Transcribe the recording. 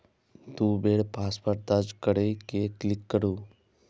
दू बेर पासवर्ड दर्ज कैर के क्लिक करू